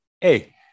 Hey